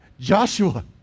Joshua